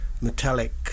metallic